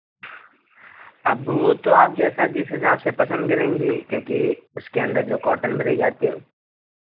अब वो तो आप जैसा जिस हिसाब से पसंद करेंगी क्योंकि उसके अंदर जो कॉटन भरी जाती है वो